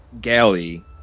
galley